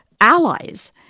allies